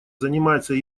занимается